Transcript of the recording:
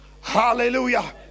hallelujah